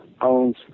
owns